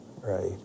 right